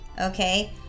okay